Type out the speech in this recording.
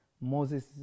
Moses